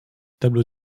tableau